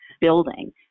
building